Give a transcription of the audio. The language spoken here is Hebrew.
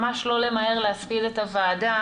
ממש לא למהר להספיד את הוועדה.